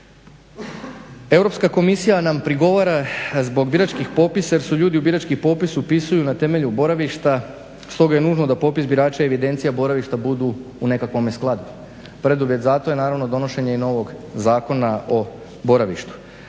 Europska komisija nam prigovara zbog biračkih popisa jer se ljudi u birački popis upisuju na temelju boravišta, stoga je nužno da popis birača i evidencija boravišta budu u nekakvome skladu. Preduvjet za to je naravno donošenje i novog Zakona o boravištu